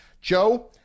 Joe